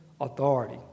authority